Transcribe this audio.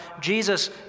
Jesus